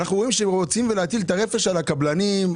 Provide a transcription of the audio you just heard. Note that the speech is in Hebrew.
אנחנו רואים שרוצים להטיל את הרפש על הקבלנים,